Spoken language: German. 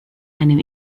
einem